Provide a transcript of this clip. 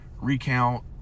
recount